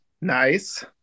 Nice